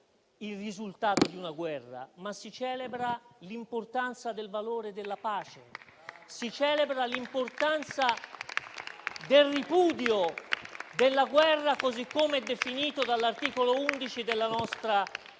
il risultato di una guerra, ma si celebra l'importanza del valore della pace. Si celebra l'importanza del ripudio della guerra, così come definito dall'articolo 11 della nostra